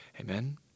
Amen